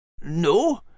No